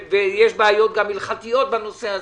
ויש גם בעיות הלכתיות בנושא הזה.